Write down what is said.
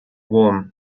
warm